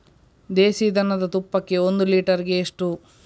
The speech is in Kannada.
ದೇಸಿ ದನದ ತುಪ್ಪಕ್ಕೆ ಒಂದು ಲೀಟರ್ಗೆ ಎಷ್ಟು?